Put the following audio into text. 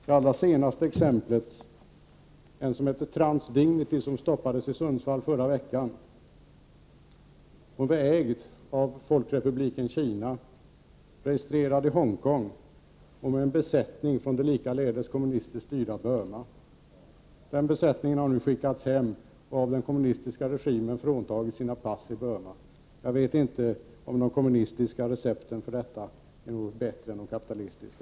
Det allra senaste exemplet är en som hette Trans Dignity som stoppades i Sundsvall i förra veckan. Hon ägs av folkrepubliken Kina, är registrerad i Hongkong och har en besättning från det likaledes kommunistiskt styrda Burma. Den besättningen har nu skickats hem och av den kommunistiska regimen fråntagits sina pass vid hemkomsten till Burma. Jag vet inte om de kommunistiska recepten är bättre än de kapitalistiska.